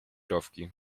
rowki